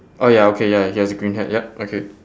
oh ya okay ya he has a green hat yup okay